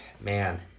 man